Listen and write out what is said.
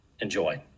enjoy